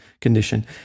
condition